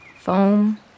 foam